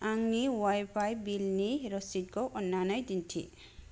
आंनि अवाइफाइ बिलनि रसिदखौ अननानै दिन्थि